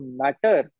matter